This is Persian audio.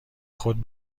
خود